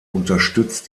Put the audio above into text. unterstützt